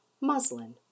Muslin